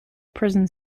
prison